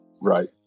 Right